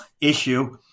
issue